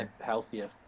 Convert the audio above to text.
healthier